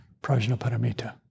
Prajnaparamita